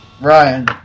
Ryan